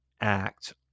act